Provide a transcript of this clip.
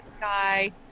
sky